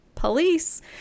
police